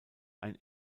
ein